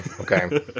okay